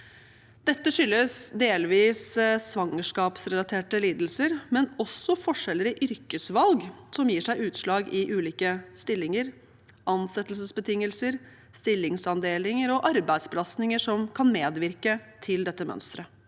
Dette skyldes delvis svangerskapsrelaterte lidelser, men også forskjeller i yrkesvalg som gir seg utslag i ulike stillinger, ansettelsesbetingelser, stillingsandeler og arbeidsbelastninger, kan medvirke til dette mønsteret.